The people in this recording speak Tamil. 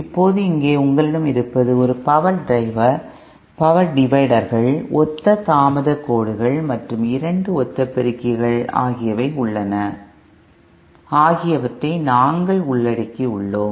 இப்போது இங்கே உங்களிடம் இருப்பது ஒரு பவர் டிவைடர் 2 பவர் டிவைடர்கள் 2 ஒத்த தாமத கோடுகள் மற்றும் 2 ஒத்த பெருக்கிகள் ஆகியவற்றை நாங்கள் உள்ளடக்கியுள்ளோம்